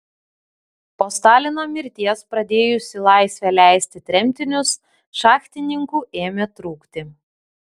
po stalino mirties pradėjus į laisvę leisti tremtinius šachtininkų ėmė trūkti